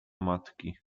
matki